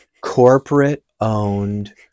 corporate-owned